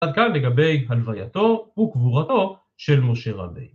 עד כאן לגבי הלווייתו וקבורתו של משה רבינו.